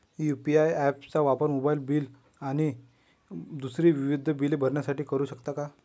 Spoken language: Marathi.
यू.पी.आय ॲप चा वापर मोबाईलबिल आणि दुसरी विविध बिले भरण्यासाठी करू शकतो का?